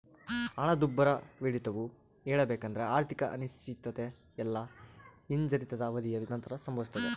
ಹಣದುಬ್ಬರವಿಳಿತವು ಹೇಳಬೇಕೆಂದ್ರ ಆರ್ಥಿಕ ಅನಿಶ್ಚಿತತೆ ಇಲ್ಲಾ ಹಿಂಜರಿತದ ಅವಧಿಯ ನಂತರ ಸಂಭವಿಸ್ತದೆ